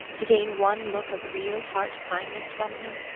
to gain one look of real heart-kindness from him?